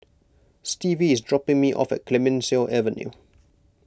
Stevie is dropping me off at Clemenceau Avenue